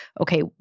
okay